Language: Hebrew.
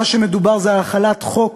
מה שמדובר בו זה החלת חוק